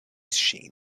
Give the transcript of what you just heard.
ŝin